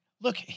look